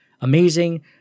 amazing